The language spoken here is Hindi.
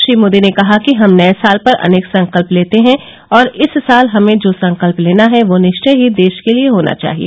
श्री मोदी ने कहा कि हम नए साल पर अनेक संकल्प लेते हैं और इस साल हमें जो संकल्प लेना है वह निश्चय ही देश के लिए होना चाहिए